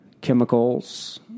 chemicals